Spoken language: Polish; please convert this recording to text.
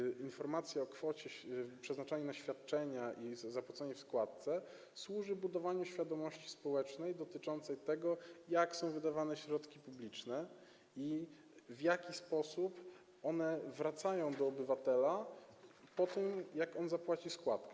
Natomiast informacja o kwocie przeznaczanej na świadczenia, o zapłaconej kwocie składki służy budowaniu świadomości społecznej dotyczącej tego, jak są wydawane środki publiczne i w jaki sposób one wracają do obywatela po tym, jak on zapłaci składkę.